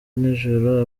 nijoro